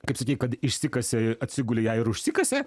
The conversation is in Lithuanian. kaip sakei kad išsikasė atsigulė į ją ir užsikasė